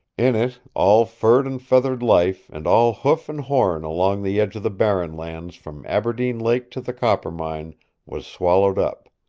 in it, all furred and feathered life and all hoof and horn along the edge of the barren lands from aberdeen lake to the coppermine was swallowed up.